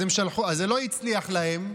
אז זה לא הצליח להם,